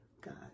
God